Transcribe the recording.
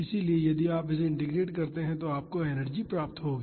इसलिए यदि आप इसे इंटीग्रेट कर सकते हैं तो आपको एनर्जी प्राप्त होगी